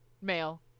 male